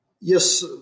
Yes